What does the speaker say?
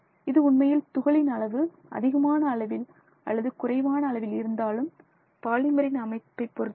இது உண்மையில் துகளின் அளவு அதிகமான அளவில் அல்லது குறைவான அளவில் இருந்தாலும் பாலிமர் இன் அமைப்பைப் பொறுத்தது